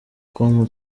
com